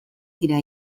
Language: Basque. dira